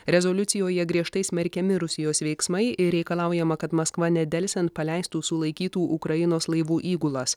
rezoliucijoje griežtai smerkiami rusijos veiksmai ir reikalaujama kad maskva nedelsiant paleistų sulaikytų ukrainos laivų įgulas